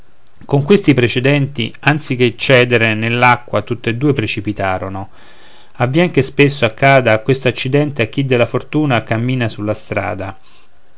con questi precedenti anzi che cedere nell'acqua tutte e due precipitarono avvien che spesso accada questo accidente a chi della fortuna cammina sulla strada